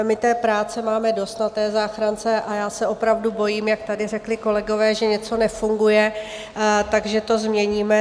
My práce máme dost na záchrance a já se opravdu bojím, jak tady řekli kolegové že něco nefunguje, tak že to změníme.